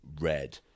red